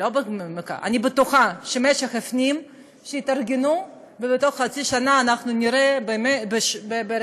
אני בטוחה שיתארגנו ובתוך חצי שנה אנחנו נראה ברחבי